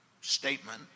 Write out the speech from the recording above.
statement